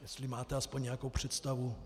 Jestli máte aspoň nějakou představu.